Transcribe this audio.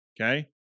okay